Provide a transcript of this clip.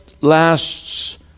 lasts